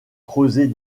creuser